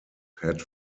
had